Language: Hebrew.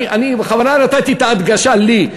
אני בכוונה נתתי את ההדגשה "לי",